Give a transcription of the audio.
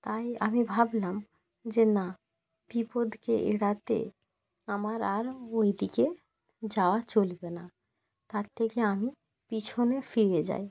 তাই আমি ভাবলাম যে না বিপদকে এড়াতে আমার আর ওই দিকে যাওয়া চলবে না তাত থেকে আমি পিছনে ফিরে যাই